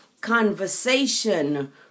conversation